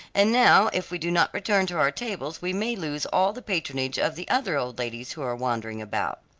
and now if we do not return to our tables, we may lose all the patronage of the other old ladies who are wandering about.